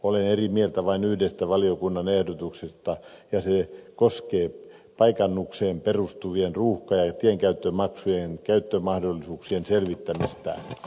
olen eri mieltä vain yhdestä valiokunnan ehdotuksesta ja se koskee paikannukseen perustuvien ruuhka ja tienkäyttömaksujen käyttömahdollisuuksien selvittämistä